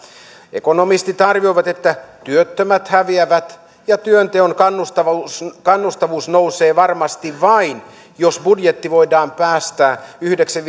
ekonomistit arvioivat että työttömät häviävät ja työnteon kannustavuus kannustavuus nousee varmasti vain jos budjetti voidaan päästää yhdeksän